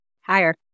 higher